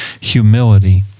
humility